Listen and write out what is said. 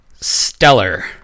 Stellar